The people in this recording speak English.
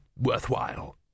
worthwhile